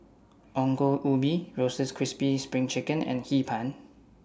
Ongol Ubi Roasted Crispy SPRING Chicken and Hee Pan